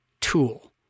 tool